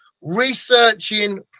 researching